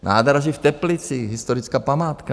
Nádraží v Teplicích historická památka.